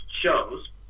shows